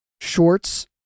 Shorts